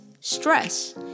stress